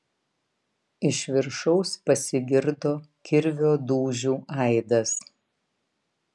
iš viršaus pasigirdo kirvio dūžių aidas